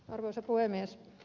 arvoisa puhemies